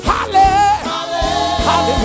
Hallelujah